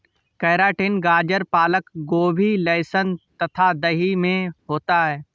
keratin गाजर पालक गोभी लहसुन तथा दही में होता है